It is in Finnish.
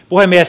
puhemies